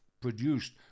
produced